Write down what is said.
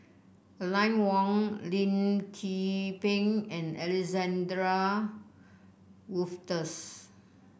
Aline Wong Lim Tze Peng and Alexander Wolters